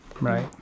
Right